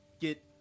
get